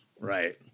right